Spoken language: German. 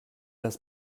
das